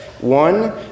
One